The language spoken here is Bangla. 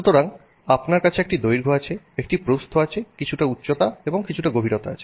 সুতরাং আপনার একটি দৈর্ঘ্য আছে একটি প্রস্থ আছে কিছুটা উচ্চতা এবং কিছুটা গভীরতা আছে